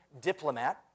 diplomat